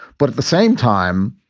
but at the same time,